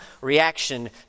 reaction